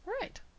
Right